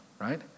right